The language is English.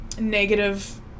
negative